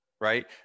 right